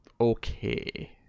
okay